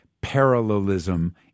parallelism